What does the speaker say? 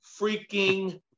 freaking